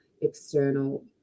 external